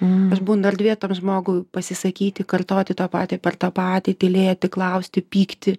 aš būnu erdvė tam žmogui pasisakyti kartoti tą patį per tą patį tylėti klausti pykti